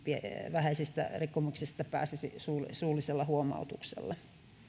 vähäisistä rikkomuksista pääsisi suullisella huomautuksella